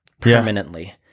permanently